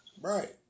Right